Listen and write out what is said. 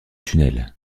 tunnel